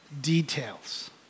details